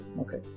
Okay